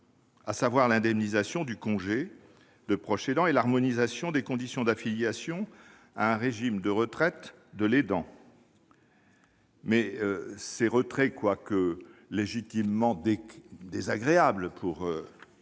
à savoir l'indemnisation du congé de proche aidant et l'harmonisation des conditions d'affiliation à un régime de retraite de l'aidant. Néanmoins ces retraits, quoique légitimement désagréables pour